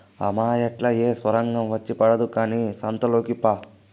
ఆ మాయేట్లా ఏమి సొరంగం వచ్చి పడదు కానీ సంతలోకి పా